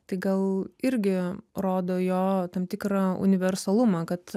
tai gal irgi rodo jo tam tikrą universalumą kad